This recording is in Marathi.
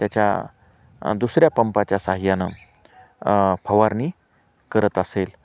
त्याच्या दुसऱ्या पंपाच्या सहाय्यानं फवारणी करत असेल